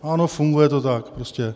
Ano, funguje to tak prostě.